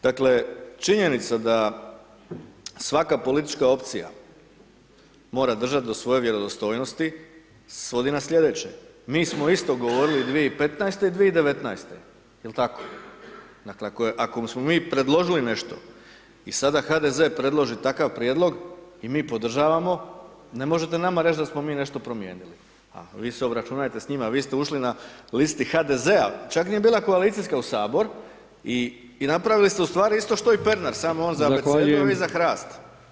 Dakle, činjenica da svaka politička opcija mora držat do svoje vjerodostojnosti svodi na slijedeće, mi smo isto govorili 2015. i 2019. jel tako, dakle ako smo mi predložili nešto i sada HDZ predloži takav prijedlog i mi podržavamo ne možete nama reć da smo mi nešto promijenili, a vi se obračunajte s njima, vi ste ušli na listi HDZ-a, čak nije bila koalicijska, u sabor i napravili ste u stvari isto što i Pernar, samo on za Abecedu [[Upadica: Zahvaljujem.]] a vi za HRAST.